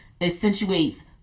accentuates